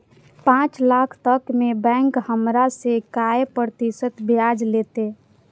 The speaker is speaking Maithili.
पाँच लाख तक में बैंक हमरा से काय प्रतिशत ब्याज लेते?